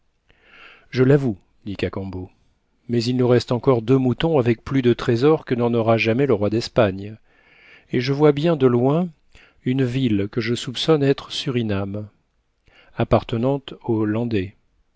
je l'avoue dit cacambo mais il nous reste encore deux moutons avec plus de trésors que n'en aura jamais le roi d'espagne et je vois bien de loin une ville que je soupçonne être surinam appartenante aux hollandais